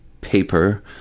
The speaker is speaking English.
paper